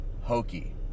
hokey